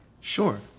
Sure